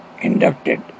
inducted